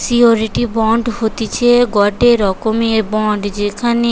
surety bond হতিছে গটে রকমের বন্ড যেখানে